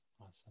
Awesome